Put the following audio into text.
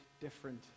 different